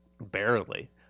Barely